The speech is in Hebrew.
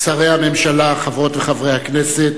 שרי הממשלה, חברות וחברי הכנסת,